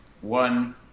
One